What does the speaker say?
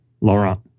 Laurent